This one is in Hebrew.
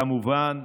כמובן,